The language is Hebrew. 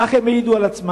כך הם העידו על עצמם,